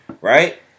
right